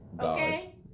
Okay